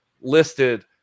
listed